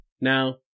Now